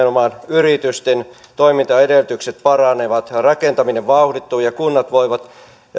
yritysten toimintaedellytykset paranevat rakentaminen vauhdittuu ja kunnat voivat